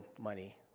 money